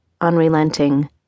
unrelenting